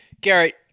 Garrett